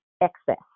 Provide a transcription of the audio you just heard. excess